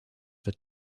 that